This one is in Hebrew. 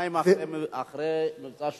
יומיים אחרי "מבצע שלמה".